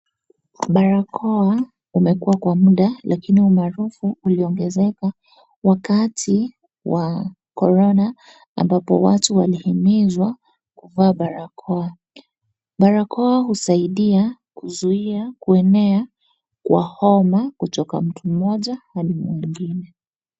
Barakoa umekuwa kwa munda lakini umaarufu uliongezeka wakati wa Korona ambapo watu walihimizwa kufaa barakoa. Barakoa husaidia kuzuia kuenea kwa homa kutoka mtu mmoja hadi mwingine.